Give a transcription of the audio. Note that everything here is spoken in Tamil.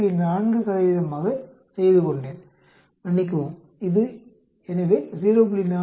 4 ஆக செய்து கொண்டேன் மன்னிக்கவும் எனவே இது 0